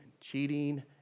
cheating